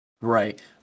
Right